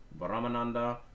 brahmananda